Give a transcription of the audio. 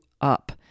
up